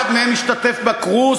אחד מהם השתתף בקרוז,